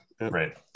right